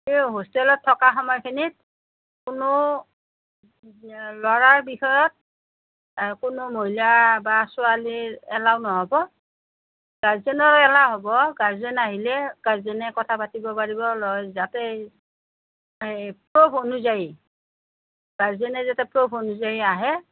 এই হোষ্টেলত থকা সময়খিনিত কোনো ল'ৰাৰ বিষয়ত কোনো মহিলা বা ছোৱালীৰ এলাও নহ'ব গাৰজেনৰ এলাও হ'ব গাৰজেন আহিলে গাৰজেনে কথা পাতিব পাৰিব যাতে প'ফ অনুযায়ী গাৰজেনে যাতে প'ফ অনুযায়ী আহে